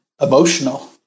emotional